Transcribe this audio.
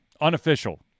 unofficial